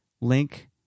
link